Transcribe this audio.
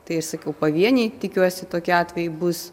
tai aš sakiau pavieniai tikiuosi tokie atvejai bus